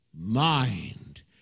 mind